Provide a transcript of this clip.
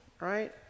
right